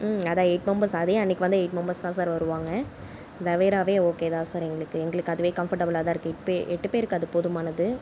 ம் அதுதான் eight members அதே அன்னிக்கு வந்த எயிட் மெம்பர்ஸ் தான் சார் வருவாங்க தவேராவே ஓகே தான் சார் எங்களுக்கு எங்களுக்கு அதுவே கம்ஃபடபுலாக தான் இருக்குது இப்போ எட்டு பேருக்கு அது போதுமானது